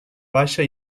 baixa